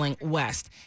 West